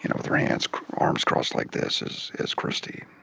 you know with her hands arms crossed like this, is is christy.